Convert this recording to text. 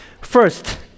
First